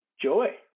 Joy